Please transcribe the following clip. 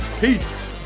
peace